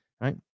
right